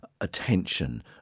attention